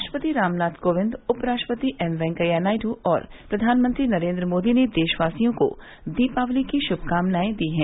राष्ट्रपति रामनाथ कोविंद उपराष्ट्रपति एम वेंकैया नायडू और प्रधानमंत्री नरेन्द्र मोदी ने देशवासियों को दीपावली की शुभकामनाएं दी हैं